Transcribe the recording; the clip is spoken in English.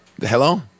hello